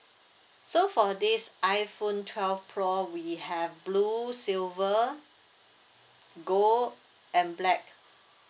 so for this iphone twelve pro we have blue silver gold and black